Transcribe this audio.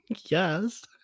Yes